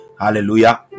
Hallelujah